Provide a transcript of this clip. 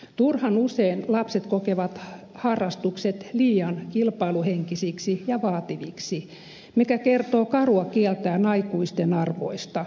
turhan usein lapset kokevat harrastukset liian kilpailuhenkisiksi ja vaativiksi mikä kertoo karua kieltään aikuisten arvoista